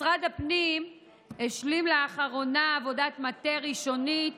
משרד הפנים השלים לאחרונה עבודת מטה ראשונית